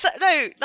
No